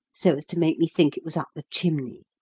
so as to make me think it was up the chimney?